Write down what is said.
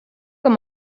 him